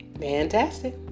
Fantastic